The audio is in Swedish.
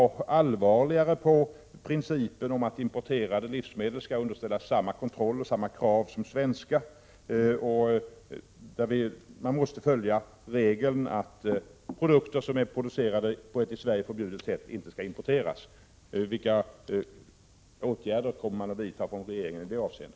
aug allvarligare på principen att importerade livsmedel skall underställas samma krav och samma kontroll som svenska livsmedel och om man inte måste följa regeln att produkter som är producerade på ett i Sverige förbjudet sätt inte skall importeras. Vilka åtgärder kommer regeringen att vidta i det avse